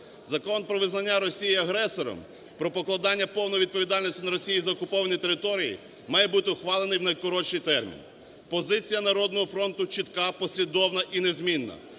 Закон про визнання Росії агресором, про покладання, повну відповідальність Росії за окуповані території має бути ухвалений в найкоротший термін. Позиція "Народного фронту" чітка, послідовна і незмінна: